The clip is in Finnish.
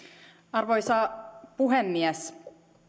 arvoisa puhemies